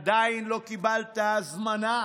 עדיין לא קיבלת הזמנה